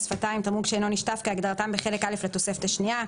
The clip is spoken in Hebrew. "תמרוק לשפתיים" ו-"תמרוק שאינו נשטף" כהגדרתם בחלק א' לתוספת השנייה,